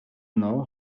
know